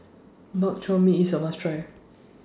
Bak Chor Mee IS A must Try